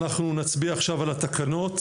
אנחנו נצביע עכשיו על התקנות.